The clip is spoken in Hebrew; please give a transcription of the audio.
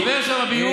עובר שם הביוב,